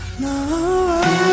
no